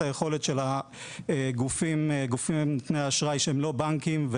היכולת של הגופים נותני האשראי שהם לא בנקים,